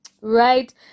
Right